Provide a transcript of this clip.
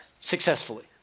successfully